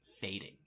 fading